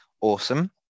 awesome